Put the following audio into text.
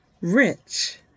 rich